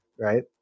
right